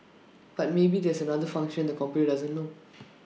but maybe there's another function the computer doesn't know